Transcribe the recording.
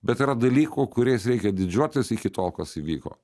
bet yra dalykų kuriais reikia didžiuotis iki tol kas įvyko